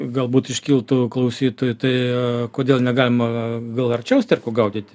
galbūt iškiltų klausytojui tai kodėl negalima gal arčiau sterkų gaudyt